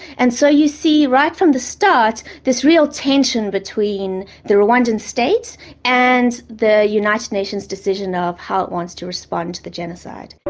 and so you see right from the start this real tension between the rwandan state and the united nations decision of how it wants to respond to the genocide.